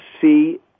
see